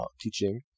teaching